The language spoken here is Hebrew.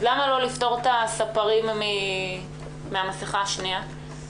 למה לא לפטור את הספרים מהמסכה השנייה?